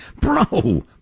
Bro